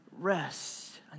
rest